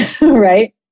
right